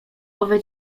owe